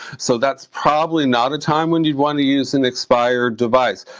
so that's probably not a time when you'd wanna use an expired device.